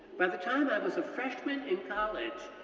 by the time i was a freshman in college,